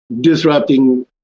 disrupting